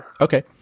Okay